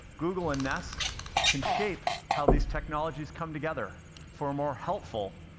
google and nest can shape how these technologies come together for a more helpful,